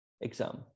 exam